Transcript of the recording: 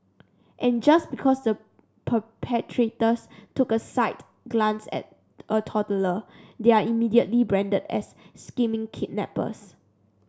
and just because the perpetrators took a slight glance at a toddler they are immediately branded as scheming kidnappers